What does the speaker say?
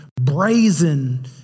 brazen